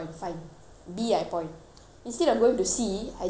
instead of going to C I jump to D then he look